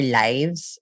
lives